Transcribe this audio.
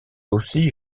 aussi